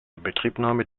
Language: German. inbetriebnahme